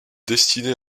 destiné